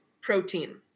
protein